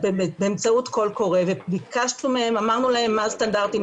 באמצעות קול קורא ואמרנו להם מה הסטנדרטים,